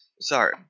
Sorry